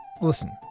Listen